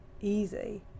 easy